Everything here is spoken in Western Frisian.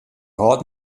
hâld